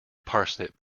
parsnip